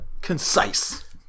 concise